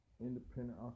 independent